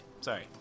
Sorry